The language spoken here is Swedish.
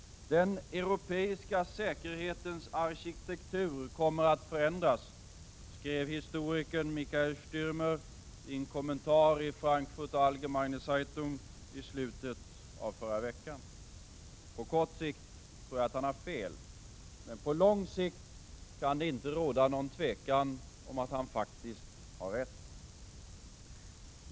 Den europeiska säkerhetens arkitektur kommer att förändras, skrev historikern Michael Stärmer i en kommentar i Frankfurter Allgemeine Zeitung i slutet av förra veckan. På kort sikt tror jag att han har fel. Men på lång sikt kan det inte råda något tvivel om att han faktiskt har rätt.